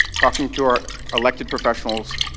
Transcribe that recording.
talking to our elected professionals.